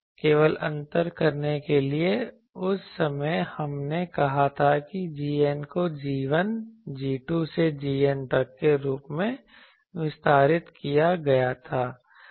केवल अंतर करने के लिए उस समय हमने कहा था कि gn को g1 g2 से gN तक के रूप में विस्तारित किया गया था